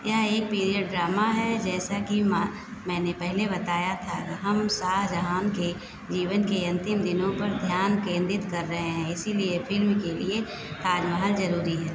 यह एक period drama है जैसा कि माने मैंने पहले बताया था हम शाहजहाँ के जीवन के अंतिम दिनों पर ध्यान केंद्रित कर रहे हैं इसीलिए फिल्म के लिए ताज महल जरूरी है